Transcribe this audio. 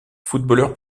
footballeur